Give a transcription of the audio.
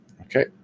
Okay